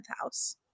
house